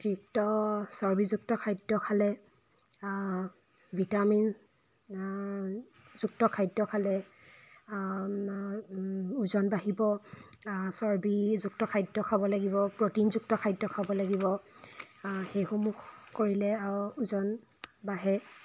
অতিৰিক্ত চৰ্বিযুক্ত খাদ্য খালে ভিটামিন যুক্ত খাদ্য খালে ওজন বাঢ়িব চৰ্বিযুক্ত খাদ্য খাব লাগিব প্ৰটিনযুক্ত খাদ্য খাব লাগিব সেইসমূহ কৰিলে আৰু ওজন বাঢ়ে